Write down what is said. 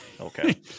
Okay